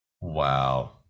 Wow